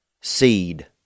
seed